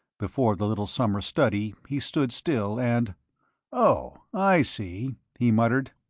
before the little summer study he stood still, and oh, i see, he muttered.